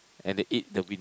and to eat the wind